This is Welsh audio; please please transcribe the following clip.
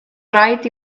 rhaid